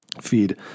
Feed